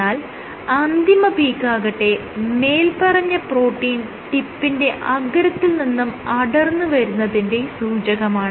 എന്നാൽ അന്തിമ പീക്കാകട്ടെ മേല്പറഞ്ഞ പ്രോട്ടീൻ ടിപ്പിന്റെ അഗ്രത്തിൽ നിന്നും അടർന്ന് വരുന്നതിന്റെ സൂചകമാണ്